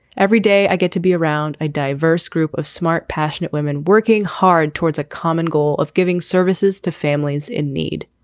every day i get to be around a diverse group of smart, passionate women working hard towards a common goal of giving services to families in need.